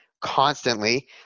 constantly